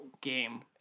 game